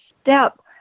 step